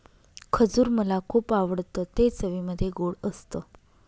खजूर मला खुप आवडतं ते चवीमध्ये गोड असत